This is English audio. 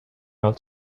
while